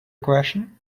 question